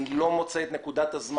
אבל עד לרגע זה אני לא מוצא את נקודת הזמן